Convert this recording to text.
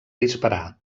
disparar